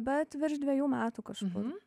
bet virš dviejų metų kažkur